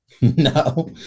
no